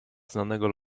znanego